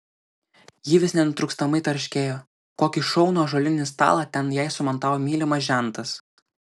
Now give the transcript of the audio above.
ji vis nenutrūkstamai tarškėjo kokį šaunų ąžuolinį stalą ten jai sumontavo mylimas žentas